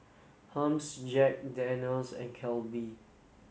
Hermes Jack Daniel's and Calbee